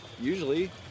usually